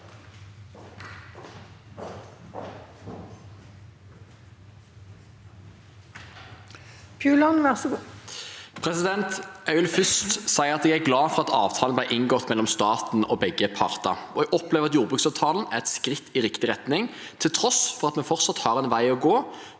Jeg vil først si at jeg er glad for at avtalen ble inngått mellom staten og begge parter, og jeg opplever at jordbruksavtalen er et skritt i riktig retning, til tross for at vi fortsatt har en vei å gå